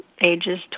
ages